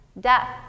death